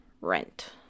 rent